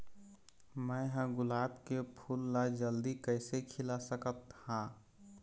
मैं ह गुलाब के फूल ला जल्दी कइसे खिला सकथ हा?